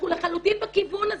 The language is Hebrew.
אנחנו לחלוטין בכיוון הזה.